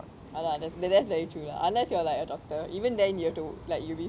அதான்:athaan that's that's very true lah unless you are like a doctor even then you have to like you will be